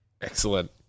Excellent